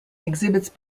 exhibits